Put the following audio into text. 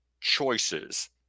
choices